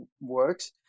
works